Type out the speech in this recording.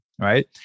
right